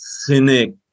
cynic